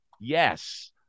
Yes